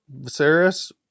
Viserys